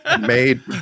made